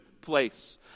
place